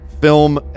Film